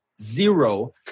zero